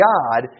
God